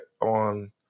on